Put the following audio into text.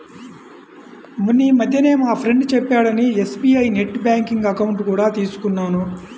మొన్నీమధ్యనే మా ఫ్రెండు చెప్పాడని ఎస్.బీ.ఐ నెట్ బ్యాంకింగ్ అకౌంట్ కూడా తీసుకున్నాను